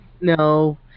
no